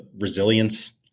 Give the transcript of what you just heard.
resilience